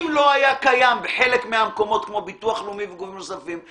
אם לא היה קיים בחלק מהמקומות כמו ביטוח לאומי וגורמים נוספים,